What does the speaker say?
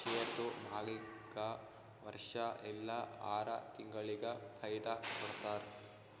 ಶೇರ್ದು ಮಾಲೀಕ್ಗಾ ವರ್ಷಾ ಇಲ್ಲಾ ಆರ ತಿಂಗುಳಿಗ ಫೈದಾ ಕೊಡ್ತಾರ್